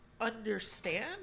understand